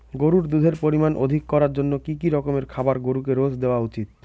গরুর দুধের পরিমান অধিক করার জন্য কি কি রকমের খাবার গরুকে রোজ দেওয়া উচিৎ?